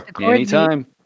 Anytime